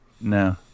No